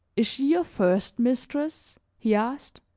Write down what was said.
is she your first mistress? he asked.